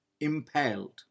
impaled